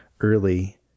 early